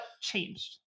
changed